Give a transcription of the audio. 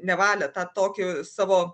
ne valią tą tokį savo